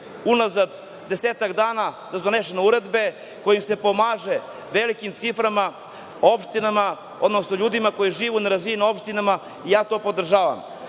unazad desetak dana već donesene uredbe kojima se pomaže velikim ciframa opštinama, odnosno ljudima koji žive u nerazvijenim opštinama i ja to podržavam,